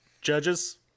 Judges